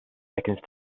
seconds